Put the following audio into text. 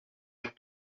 had